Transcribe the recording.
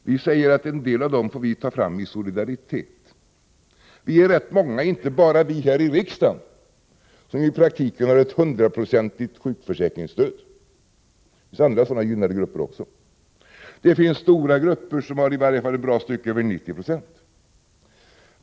Vi säger: En del av dem får vi ta fram i solidaritet. Vi är rätt många, inte bara här i riksdagen, som i praktiken har ett hundraprocentigt sjukförsäk ringskydd. Det finns andra sådana gynnade grupper också. Det finns stora grupper som i varje fall har bra mycket över 90 20.